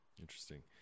Interesting